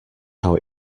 how